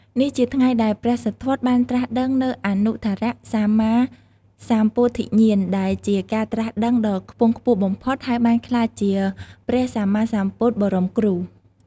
នេះជាថ្ងៃដែល ព្រះសិទ្ធត្ថបានត្រាស់ដឹងនូវអនុត្តរសម្មាសម្ពោធិញ្ញាណ ដែលជា ការត្រាស់ដឹងដ៏ខ្ពង់ខ្ពស់បំផុត ហើយបានក្លាយជា ព្រះសម្មាសម្ពុទ្ធបរមគ្រូ។